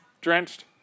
Drenched